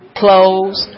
clothes